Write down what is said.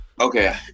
Okay